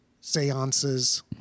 seances